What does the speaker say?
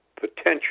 potential